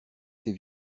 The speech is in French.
ces